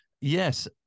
Yes